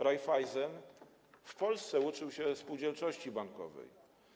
Raiffeisen w Polsce uczył się spółdzielczości bankowej.